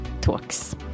Talks